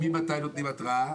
ממתי נותנים התראה?